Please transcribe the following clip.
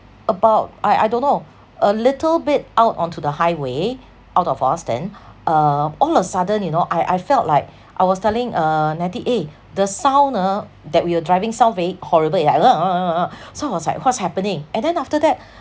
about I I don't know a little bit out onto the highway out of austin uh all of a sudden you know I I felt like I was telling uh netty eh the sound ah that we were driving sound very horrible it's like so I was like what's happening and then after that